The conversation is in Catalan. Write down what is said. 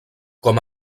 com